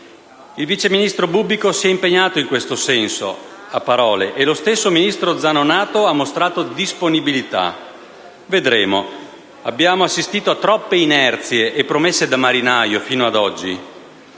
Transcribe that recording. Il vice ministro Bubbico si è impegnato in questo senso, a parole, e lo stesso ministro Zanonato ha mostrato disponibilità. Vedremo. Abbiamo assistito a troppe inerzie e promessa da marinaio, fino ad oggi.